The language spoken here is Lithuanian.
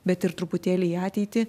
bet ir truputėlį į ateitį